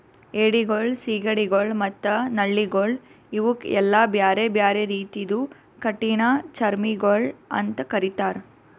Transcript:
ಏಡಿಗೊಳ್, ಸೀಗಡಿಗೊಳ್ ಮತ್ತ ನಳ್ಳಿಗೊಳ್ ಇವುಕ್ ಎಲ್ಲಾ ಬ್ಯಾರೆ ಬ್ಯಾರೆ ರೀತಿದು ಕಠಿಣ ಚರ್ಮಿಗೊಳ್ ಅಂತ್ ಕರಿತ್ತಾರ್